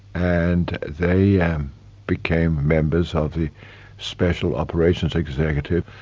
and they yeah um became members of a special operations executive.